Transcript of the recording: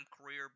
career